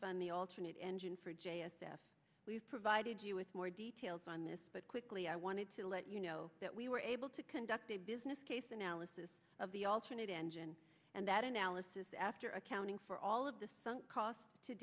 fund the alternate engine for j s f we've provided you with more details on this but quickly i wanted to let you know that we were able to conduct a business case analysis of the alternate engine and that analysis after accounting for all of the sunk costs to